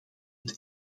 het